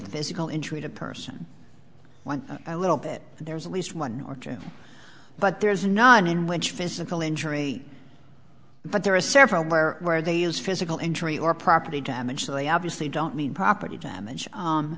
physical injury to a person when a little bit there's at least one or two but there's none in which physical injury but there are several where where they use physical injury or property damage they obviously don't mean property damage